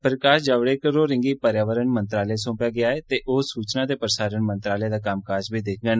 प्रकाश जावडेकर होरें'गी पर्यावरण मंत्रालय सौंपेआ गेआ ऐ ते ओह् सूचना ते प्रसारण मंत्रालय दा कम्मकाज बी दिक्खडन